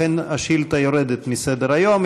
לכן השאילתה יורדת מסדר-היום.